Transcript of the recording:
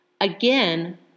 Again